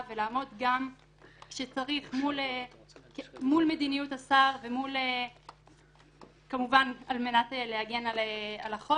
ולעמוד גם כשצריך מול מדיניות השר על מנת להגן על החוק.